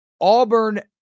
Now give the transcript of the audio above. Auburn